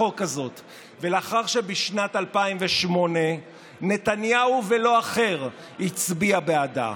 החוק הזאת ולאחר שבשנת 2008 נתניהו ולא אחר הצביע בעדה.